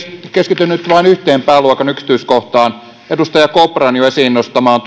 keskityn nyt vain yhteen pääluokan yksityiskohtaan edustaja kopran jo esiin nostamaan